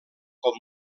com